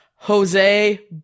Jose